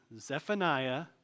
Zephaniah